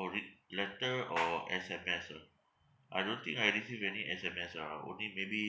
orh is it letter or S_M_S ah I don't think I received any S_M_S lah only maybe